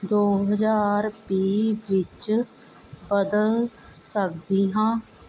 ਦੋ ਹਜ਼ਾਰ ਵੀਹ ਵਿੱਚ ਬਦਲ ਸਕਦੀ ਹਾਂ